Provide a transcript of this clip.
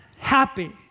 Happy